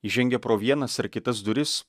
įžengę pro vienas ar kitas duris